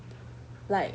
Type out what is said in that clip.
like